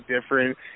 different